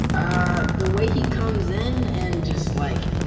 ah the way he comes in and just, like,